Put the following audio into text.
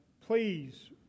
please